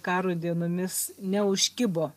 karo dienomis neužkibo